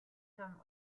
tom